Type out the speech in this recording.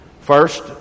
First